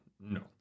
No